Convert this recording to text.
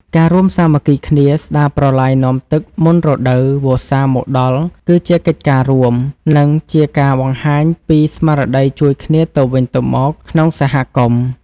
ការរួមសាមគ្គីគ្នាស្ដារប្រឡាយនាំទឹកមុនរដូវវស្សាមកដល់គឺជាកិច្ចការរួម និងជាការបង្ហាញពីស្មារតីជួយគ្នាទៅវិញទៅមកក្នុងសហគមន៍។